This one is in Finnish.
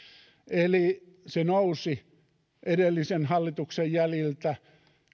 se nousi siis edellisen hallituksen jäljiltä